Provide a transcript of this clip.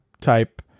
type